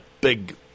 big